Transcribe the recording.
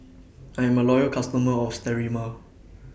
I'm A Loyal customer of Sterimar